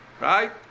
right